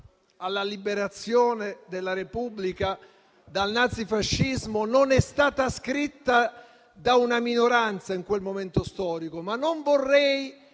alla liberazione della Repubblica dal nazifascismo, non è stata scritta da una minoranza in quel momento storico. Ma non vorrei